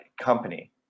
company